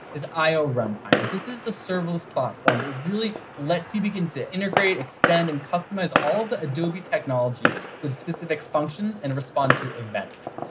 is i o runtime, and this is the serverless platform that really lets you begin to integrate, extend, and customize all of the adobe technology with specific functions and respond to events.